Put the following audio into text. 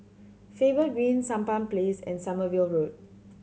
Faber Green Sampan Place and Sommerville Road